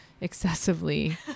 excessively